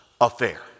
affair